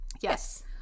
Yes